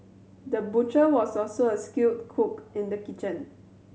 the butcher was also a skilled cook in the kitchen